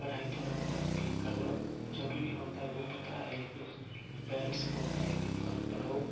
पढ़ाई थोड़ा मोड़ा भी करना जरुरी होता है वो पता है लेकिन पेरेंट्स बोलते हैं कि थोड़ा पढ़ो